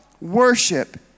worship